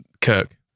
Kirk